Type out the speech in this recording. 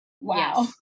Wow